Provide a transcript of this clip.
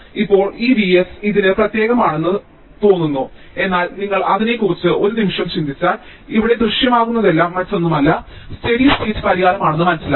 ഇപ്പോൾ ഈ Vs ഇതിന് പ്രത്യേകമാണെന്ന് തോന്നുന്നു എന്നാൽ നിങ്ങൾ അതിനെക്കുറിച്ച് ഒരു നിമിഷം ചിന്തിച്ചാൽ ഇവിടെ ദൃശ്യമാകുന്നതെല്ലാം മറ്റൊന്നുമല്ല സ്റ്റെഡി സ്റ്റേറ്റ് പരിഹാരമാണെന്ന് മനസ്സിലാക്കും